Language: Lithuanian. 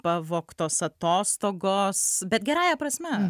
pavogtos atostogos bet gerąja prasme